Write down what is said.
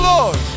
Lord